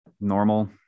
normal